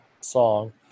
song